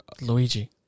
Luigi